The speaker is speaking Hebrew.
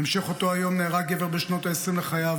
בהמשך אותו היום נהרג גבר בשנות העשרים לחייו